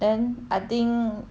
then I think